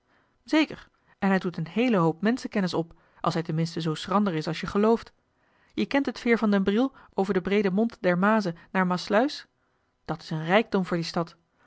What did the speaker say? zeker en hij doet een heelen hoop menschenkennis op als hij ten minste zoo schrander is als je gelooft je kent het veer van den briel over den breeden mond der maaze naar maassluis dat is een rijkdom voor die stad